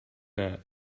that